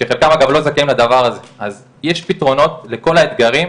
אז יש פתרונות לכל האתגרים,